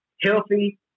healthy